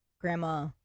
Grandma